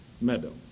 Meadow